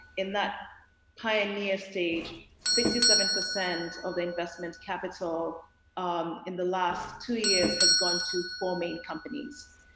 in the pioneer stage, sixty seven percent of investment capital um in the last two years has gone to four main companies.